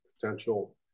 potential